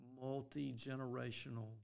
multi-generational